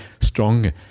strong